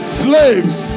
slaves